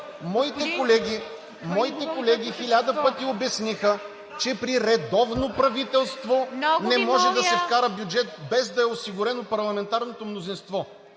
България“.) …хиляди пъти обясниха, че при редовно правителство не може да се вкара бюджет, без да е осигурено парламентарното мнозинство.